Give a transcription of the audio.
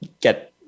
get